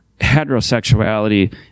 heterosexuality